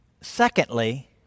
Secondly